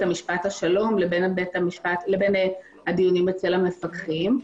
המשפט השלום לבין הדיונים אצל המפקחים.